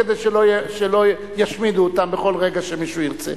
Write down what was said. כדי שלא ישמידו אותם בכל רגע שמישהו ירצה.